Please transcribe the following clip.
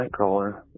nightcrawler